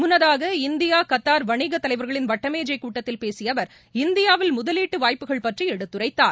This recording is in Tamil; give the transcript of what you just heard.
முன்னதாக இந்தியா கத்தார் வணிக தலைவர்களின் வட்டமேசை கூட்டத்தில் பேசிய அவர் இந்தியாவில் முதலீட்டு வாய்ப்புகள் பற்றி எடுத்துரைத்தார்